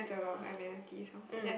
mm